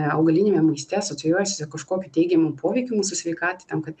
augaliniame maiste asocijuojasi su kažkokiu teigiamu poveikiu mūsų sveikatai tam kad